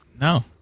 No